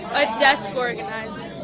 desk organizer.